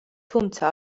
თუმცა